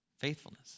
faithfulness